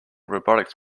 robotics